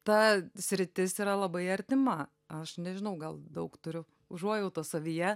ta sritis yra labai artima aš nežinau gal daug turiu užuojautos savyje